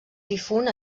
difunt